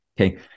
Okay